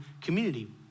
community